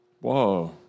Whoa